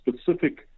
specific